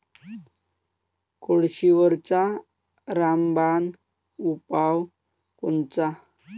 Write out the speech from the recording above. कोळशीवरचा रामबान उपाव कोनचा?